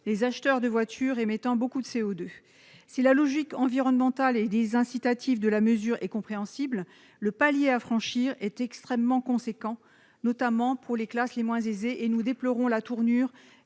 les acheteurs de voitures émettant beaucoup de CO2. Si cette logique environnementale et désincitative est compréhensible, le palier à franchir est extrêmement élevé, notamment pour les classes les moins aisées. Nous déplorons la tournure